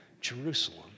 Jerusalem